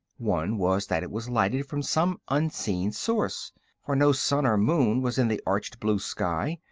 one was that it was lighted from some unseen source for no sun or moon was in the arched blue sky,